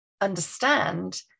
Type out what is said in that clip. understand